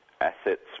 assets